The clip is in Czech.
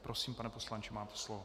Prosím, pane poslanče, máte slovo.